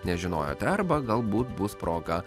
nežinojote arba galbūt bus proga